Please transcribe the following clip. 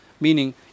meaning